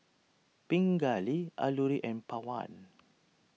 Pingali Alluri and Pawan